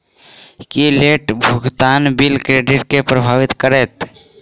की late भुगतान bill credit केँ प्रभावित करतै?